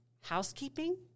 housekeeping